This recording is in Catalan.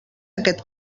aquest